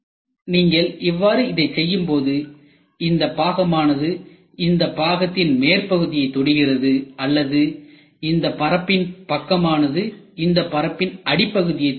நீங்கள் இவ்வாறு இதைச் செய்யும்போது இந்த பாகமானது இந்த பாகத்தின் மேற்பகுதியை தொடுகிறது அல்லது இந்த பரப்பின் பக்கமானது இந்த பரப்பில் அடிப்பகுதியை தொடுகிறது